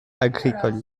agricole